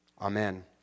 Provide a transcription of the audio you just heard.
Amen